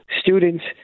students